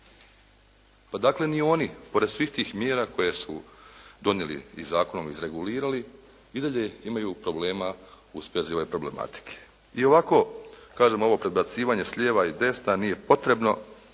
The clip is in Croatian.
Pa dakle, ni oni pored svih tih mjera koje su donijeli i zakonom izregulirali i dalje imaju problema u svezi ove problematike. I ovako kažem ovo predbacivanje s lijeva i s desna nije potrebno,